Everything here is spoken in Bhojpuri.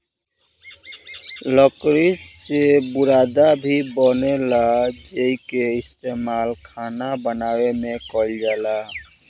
लकड़ी से बुरादा भी बनेला जेइके इस्तमाल खाना बनावे में कईल जाला